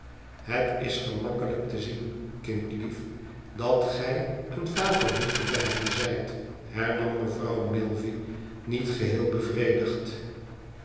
het is gemakkelijk te zien kindlief dat gij een favorietje bij hen zijt hernam mevrouw milvey niet geheel bevredigd